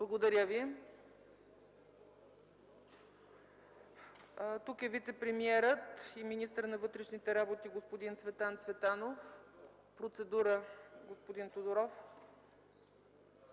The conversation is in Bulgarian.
е прието. Тук е вицепремиерът и министър на външните работи господин Цветан Цветанов. Процедура – господин Тодор